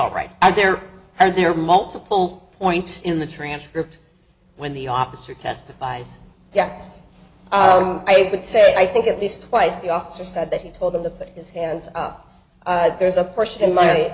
all right and there are there are multiple points in the transcript when the officer testifies yes i would say i think at least twice the officer said that he told them to put his hands up there's a person in my